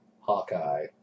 Hawkeye